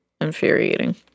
infuriating